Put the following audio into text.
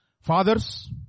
Fathers